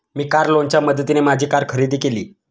मी car लोनच्या मदतीने माझी कार खरेदी केली